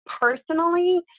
personally